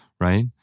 right